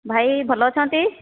ଭାଇ ଭଲ ଅଛନ୍ତି